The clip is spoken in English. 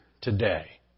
today